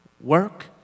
work